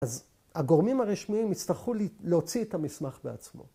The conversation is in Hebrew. ‫אז הגורמים הרשמיים ‫יצטרכו להוציא את המסמך בעצמו.